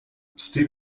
steve